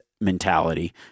mentality